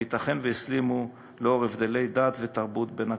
וייתכן שהסלימו לאור הבדלי דת ותרבות בין הקבוצות.